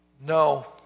No